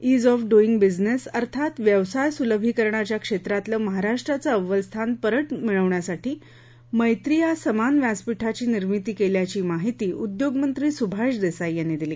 ease of doing business अर्थात व्यवसाय सुलभीकरणाच्या क्षेत्रातलं महाराष्ट्राचं अव्वल स्थान परत मिळवण्यासाठी मैत्री या समान व्यासपीठाची निर्मिती केल्याची माहिती उदयोगमंत्री सुभाष देसाई यांनी दिली